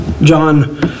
John